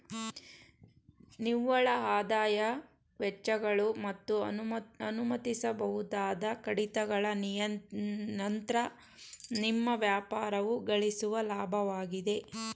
ನಿವ್ವಳಆದಾಯ ವೆಚ್ಚಗಳು ಮತ್ತು ಅನುಮತಿಸಬಹುದಾದ ಕಡಿತಗಳ ನಂತ್ರ ನಿಮ್ಮ ವ್ಯಾಪಾರವು ಗಳಿಸುವ ಲಾಭವಾಗಿದೆ